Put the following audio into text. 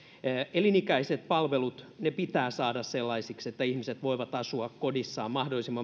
elinikäiset palvelut pitää saada sellaisiksi että ihmiset voivat asua kodeissaan mahdollisimman